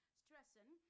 stressing